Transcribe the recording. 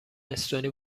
استونی